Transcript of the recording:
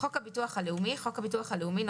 "חוק הביטוח הלאומי" חוק הביטוח הלאומי ,